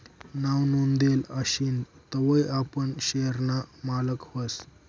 नाव नोंदेल आशीन तवय आपण शेयर ना मालक व्हस